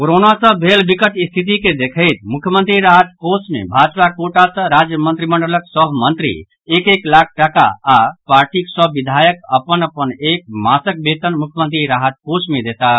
corona सँ भेल विकट स्थिति के देखैत मुख्यमंत्री राहत कोष मे भाजपा कोटा सँ राज्य मंत्रिमंडलक सभ मंत्री एक एक लाख टाका आओर पार्टी सभ विधायक अपन एक एक मासक वेतन मुख्यमंत्री राहत कोष मे देताह